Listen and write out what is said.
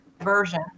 version